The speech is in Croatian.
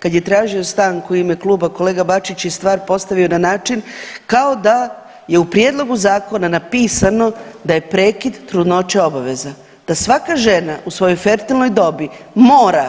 Kad je tražio stanku u ime kluba kolega Bačić je stvar postavio na način kao da je u prijedlogu zakona napisano da je prekid trudnoće obaveza, da svaka žena u svojoj fertilnoj dobi mora